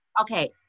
okay